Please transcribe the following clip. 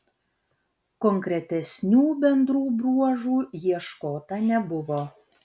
konkretesnių bendrų bruožų ieškota nebuvo